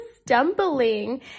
stumbling